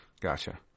gotcha